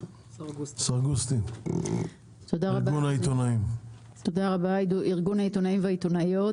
אני מארגון העיתונאים והעיתונאיות.